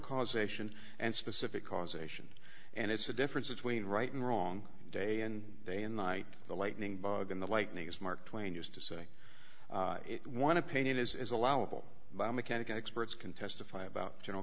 causation and specific causation and it's the difference between right and wrong day and day and night the lightning bug and the lightning as mark twain used to say one opinion is allowable biomechanical experts can testify about general